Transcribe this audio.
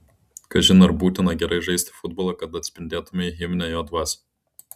kažin ar būtina gerai žaisti futbolą kad atspindėtumei himne jo dvasią